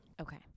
Okay